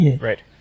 right